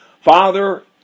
Father